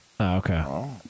okay